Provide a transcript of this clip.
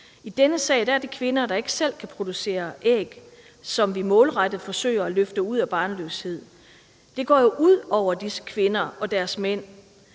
I denne sag er det kvinder, der ikke selv kan producere æg, som vi målrettet forsøger at løfte ud af barnløshed. Det går jo ud over disse kvinder og deres mænd,